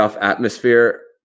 atmosphere